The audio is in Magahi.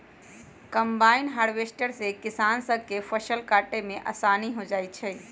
कंबाइन हार्वेस्टर से किसान स के फसल काटे में आसानी हो जाई छई